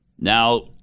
Now